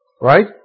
Right